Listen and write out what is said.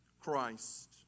Christ